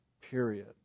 period